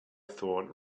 thought